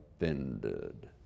offended